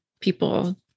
people